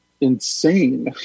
insane